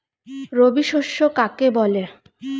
রবি শস্য কাকে বলে?